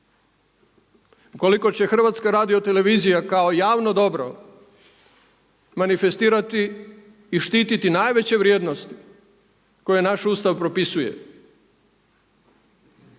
Ukoliko će HRT kao javno dobro manifestirati i štititi najveće vrijednosti koje naš Ustav propisuje